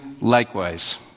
likewise